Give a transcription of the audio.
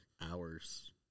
hours